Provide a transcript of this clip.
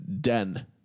den